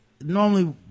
normally